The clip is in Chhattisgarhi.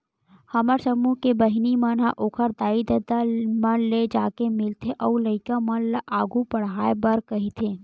हमर समूह के बहिनी मन ह ओखर दाई ददा मन ले जाके मिलथे अउ लइका मन ल आघु पड़हाय बर कहिथे